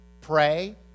pray